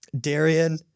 Darian